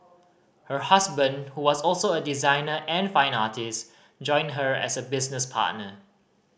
her husband who was also a designer and fine artist joined her as a business partner